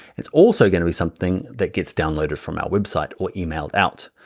it's also gonna be something that gets downloaded from our website, or emailed out.